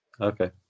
Okay